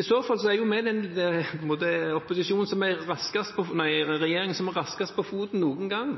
I så fall ville vi vært den regjeringen som var raskest på foten noen gang.